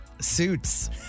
Suits